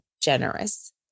generous